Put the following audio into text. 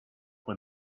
when